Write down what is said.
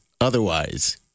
otherwise